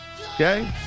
Okay